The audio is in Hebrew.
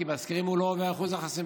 כי בסקרים הוא לא עובר את אחוז החסימה.